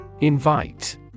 Invite